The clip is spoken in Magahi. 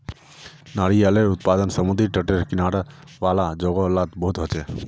नारियालेर उत्पादन समुद्री तटेर किनारा वाला जोगो लात बहुत होचे